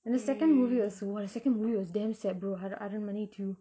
and the second movie was !whoa! the second movie was damn sad bro aranmanai two